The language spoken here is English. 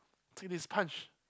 take this punch